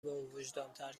باوجدانتر